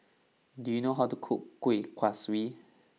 do you know how to cook Kuih Kaswi